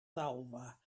ddalfa